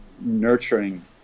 nurturing